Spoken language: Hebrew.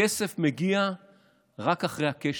הכסף מגיע רק אחרי הקשב,